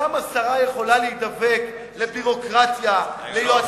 כמה שרה יכולה להידבק לביורוקרטיה וליועצים משפטיים?